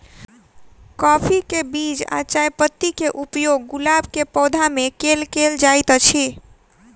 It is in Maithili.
काफी केँ बीज आ चायपत्ती केँ उपयोग गुलाब केँ पौधा मे केल केल जाइत अछि?